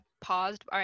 paused